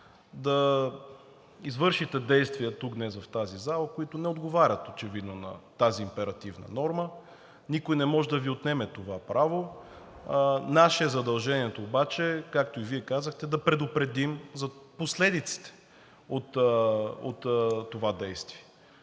да извършите действия тук, днес в тази зала, които не отговарят очевидно на тази императивна норма, никой не може да Ви отнеме това право. Наше е задължението обаче, както и Вие казахте, да предупредим за последиците от това действие.